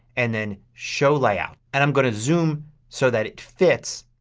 and then show layout. and i'm going to zoom so that it fits